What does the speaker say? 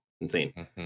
insane